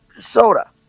soda